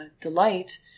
Delight